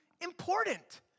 important